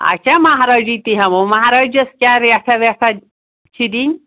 اچھا مہرٲجی تہِ ہٮ۪مو مہراجس کیٛاہ ریٹھاہ وٮ۪ٹھاہ چھِ دِنۍ